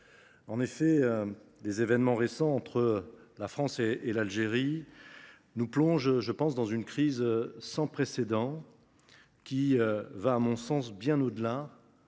En effet, les événements récents entre la France et l’Algérie nous plongent dans une crise sans précédent. Celle ci va, à mon sens, bien au delà